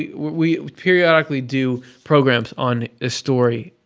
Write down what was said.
we periodically do programs on a story,